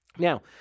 Now